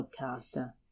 podcaster